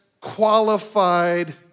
qualified